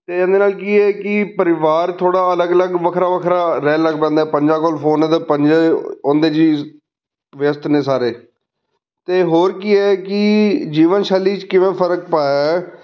ਅਤੇ ਇਹਦੇ ਨਾਲ ਕੀ ਹੈ ਕਿ ਪਰਿਵਾਰ ਥੋੜ੍ਹਾ ਅਲੱਗ ਅਲੱਗ ਵੱਖਰਾ ਵੱਖਰਾ ਰਹਿਣ ਲੱਗ ਪੈਂਦਾ ਪੰਜਾਂ ਕੋਲ ਫੋਨ ਅਤੇ ਪੰਜ ਉਹਦੇ ਜੀਅ ਵਿਅਸਤ ਨੇ ਸਾਰੇ ਅਤੇ ਹੋਰ ਕੀ ਹੈ ਕਿ ਜੀਵਨ ਸ਼ੈਲੀ 'ਚ ਕਿਵੇਂ ਫਰਕ ਪਾਇਆ